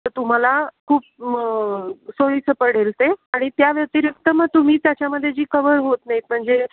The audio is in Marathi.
तर तुम्हाला खूप सोयीचं पडेल ते आणि त्या व्यतिरिक्त मग तुम्ही त्याच्यामध्ये जी कव्हर होत नाहीत म्हणजे